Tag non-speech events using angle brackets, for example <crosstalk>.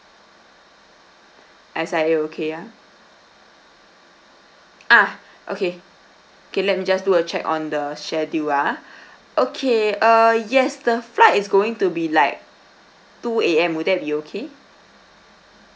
S_I_A okay ah ah okay okay let me just do a check on the schedule ah <breath> okay err yes the flight is going to be like two A_M would that be okay